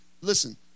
listen